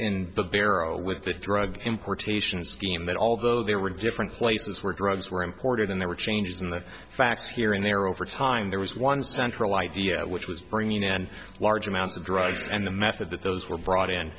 in barrow with the drug importation scheme that although there were different places where drugs were imported then there were changes in the facts here and there over time there was one central idea which was bringing in large amounts of drugs and the method that those were brought in